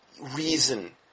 reason